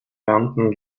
beamten